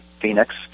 Phoenix